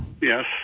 Yes